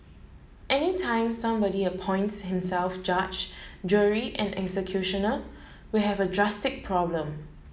any time somebody appoints himself judge jury and executioner we have a drastic problem